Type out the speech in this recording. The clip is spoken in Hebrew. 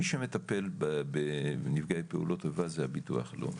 מי שמטפל בנפגעי פעולות איבה זה הביטוח הלאומי,